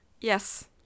Yes